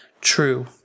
True